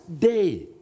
day